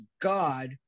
God